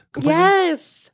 Yes